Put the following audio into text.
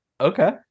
okay